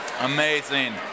Amazing